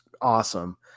awesome